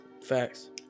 Facts